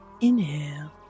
Inhale